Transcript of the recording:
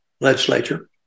legislature